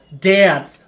dance